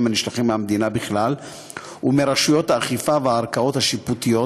הנשלחים מהמדינה בכלל ומרשויות האכיפה והערכאות השיפוטיות,